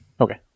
Okay